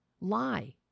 lie